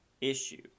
issue